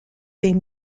des